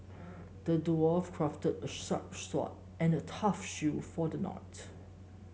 the dwarf crafted a sharp sword and a tough shield for the knight